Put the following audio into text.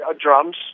drums